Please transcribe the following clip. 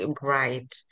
bright